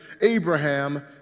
Abraham